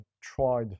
tried